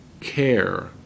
care